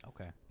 Okay